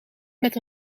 met